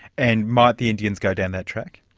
and might the indians go down that track?